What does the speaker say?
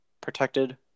protected